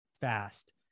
fast